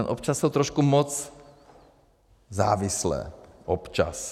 Občas jsou trošku moc závislé, občas.